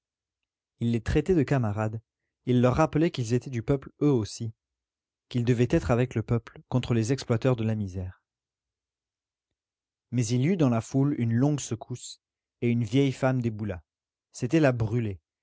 il les traitait de camarades il leur rappelait qu'ils étaient du peuple eux aussi qu'ils devaient être avec le peuple contre les exploiteurs de la misère mais il y eut dans la foule une longue secousse et une vieille femme déboula c'était la brûlé